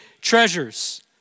treasures